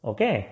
Okay